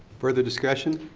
further discussion?